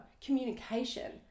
communication